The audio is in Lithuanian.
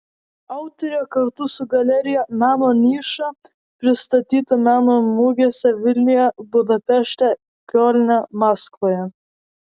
autorė kartu su galerija meno niša pristatyta meno mugėse vilniuje budapešte kiolne maskvoje